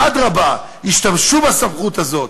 אדרבה, השתמשו בסמכות הזאת.